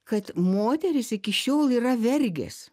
kad moterys iki šiol yra vergės